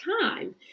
time